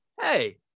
hey